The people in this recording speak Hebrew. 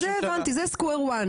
זה הבנתי, זה סקוור ואן.